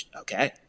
okay